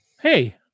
Hey